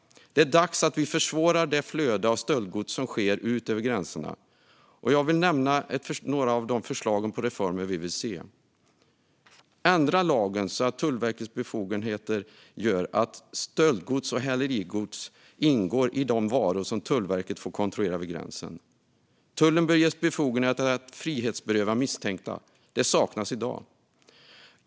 Det är dags att vi försvårar det flöde av stöldgods som sker ut över gränserna. Jag vill nämna några av de förslag på reformer som vi vill se. Ändra lagen så att Tullverkets befogenheter gör att stöldgods och hälerigods ingår bland de varor som Tullverket får kontrollera vid gränsen. Tullen bör ges befogenhet att frihetsberöva misstänkta. Det saknas i dag.